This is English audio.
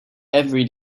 every